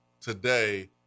today